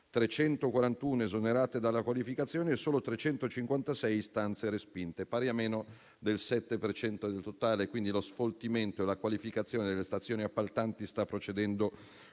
341 esonerate dalla qualificazione; solo 356 istanze respinte, pari a meno del 7 per cento in totale. Lo sfoltimento e la qualificazione delle stazioni appaltanti stanno quindi